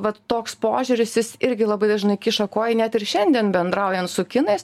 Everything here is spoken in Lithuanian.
vat toks požiūris jis irgi labai dažnai kiša koją net ir šiandien bendraujant su kinais